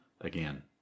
again